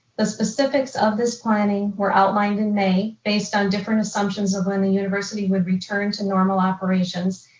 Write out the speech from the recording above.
the specifics of this planning were outlined in may based on different assumptions of when the university would return to normal operations,